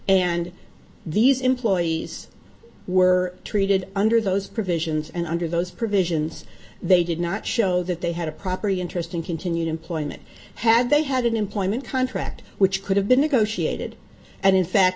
and these employees were treated under those provisions and under those provisions they did not show that they had a property interesting continued employment had they had an employment contract which could have been negotiated and in fact